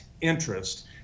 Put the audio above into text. interest